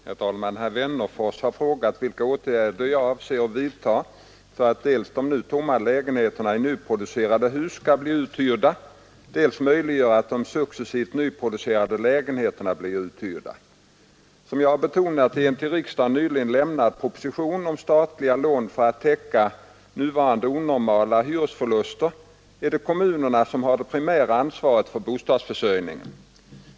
Herr talman! Herr Wennerfors har frågat vilka åtgärder jag avser att vidta för att dels de nu tomma lägenheterna i nyproducerade hus skall bli uthyrda, dels möjliggöra att de successivt nyproducerade lägenheterna blir uthyrda. Som jag har betonat i en till riksdagen nyligen lämnad proposition om statliga lån för att täcka nuvarande onormala hyresförluster är det kommunerna som har det primära ansvaret för bostadsförsörjningen.